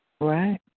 Right